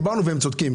דיברנו והם צודקים?